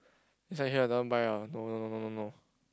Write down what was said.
next time you here I don't want buy [liao] no no no no no